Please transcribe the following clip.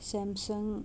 Samsung